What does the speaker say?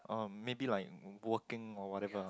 um maybe like working or whatever